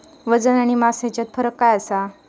वजन आणि मास हेच्यात फरक काय आसा?